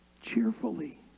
cheerfully